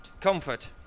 Comfort